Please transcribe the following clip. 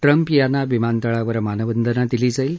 Trump यांना विमानतळावर मानवंदना दिली जाईल